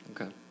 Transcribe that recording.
Okay